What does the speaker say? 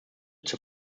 zur